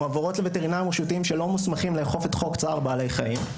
מעבירות לווטרינרים רשותיים שלא מוסמכים לאכוף את חוק צער בעלי חיים,